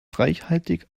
reichhaltig